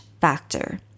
factor